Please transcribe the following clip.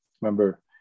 remember